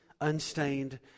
unstained